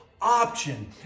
option